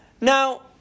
Now